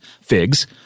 figs